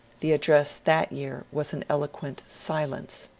the address that year was an eloquent silence.